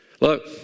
look